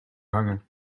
hangen